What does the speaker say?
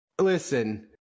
Listen